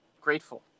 grateful